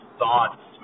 thoughts